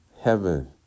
heaven